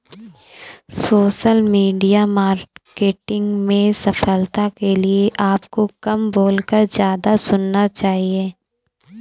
social media marketing में सफलता के लिए आपको कम बोलकर ज्यादा सुनना चाहिए